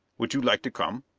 would you like to come?